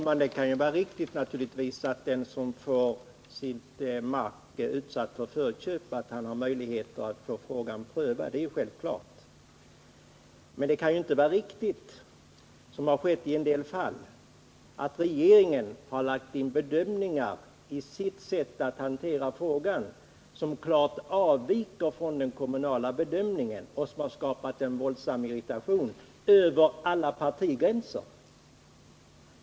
Herr talman! Självklart är det riktigt att den som blir utsatt för förköp av sin mark skall få frågan prövad. Men det kan inte vara riktigt, som har skett i en del fall, att regeringen har lagt in bedömningar i sitt sätt att hantera frågan som klart avviker från den kommunala bedömningen. Det är något som har skapat en våldsam irritation över alla partigränser.